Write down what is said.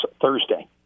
Thursday